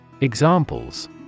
Examples